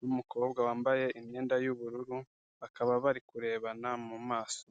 n'umukobwa wambaye imyenda y'ubururu, bakaba bari kurebana mu maso.